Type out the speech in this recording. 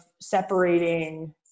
separating